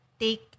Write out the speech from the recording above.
take